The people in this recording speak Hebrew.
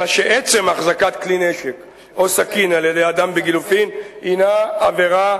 אלא שעצם החזקת כלי נשק או סכין על-ידי אדם בגילופין הינה עבירה,